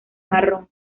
marrón